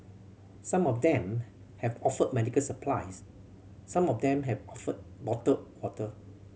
some of them have offered medical supplies some of them have offered bottled water